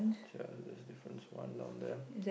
there's a difference one down there